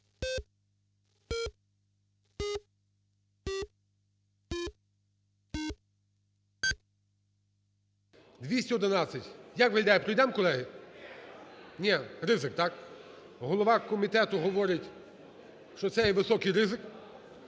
За-211 Як ви гадаєте, пройдемо, колеги? Ні. Ризик, так? Голова комітету говорить, що це є високий ризик.